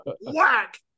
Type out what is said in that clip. Whack